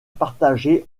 partagée